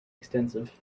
extensive